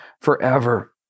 forever